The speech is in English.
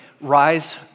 rise